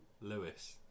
Lewis